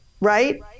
Right